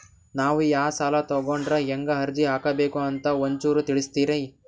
ನಾವು ಯಾ ಸಾಲ ತೊಗೊಂಡ್ರ ಹೆಂಗ ಅರ್ಜಿ ಹಾಕಬೇಕು ಅಂತ ಒಂಚೂರು ತಿಳಿಸ್ತೀರಿ?